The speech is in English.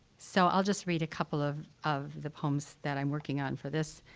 so, i'll just read a couple of of the poems that i'm working on for this